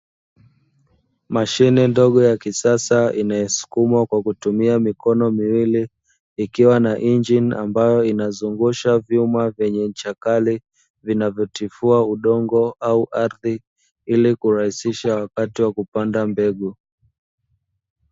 Mashine ndogo ya kisasa inayosukumwa kwa kutumia mikono miwili, ikiwa na injini ambayo inazungusha vyuma vyenye ncha kali vinavyotifua udongo au ardhi, ili kurahisisha wakati wa kupanda mbegu.